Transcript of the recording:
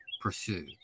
pursue